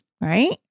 right